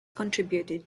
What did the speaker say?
contributed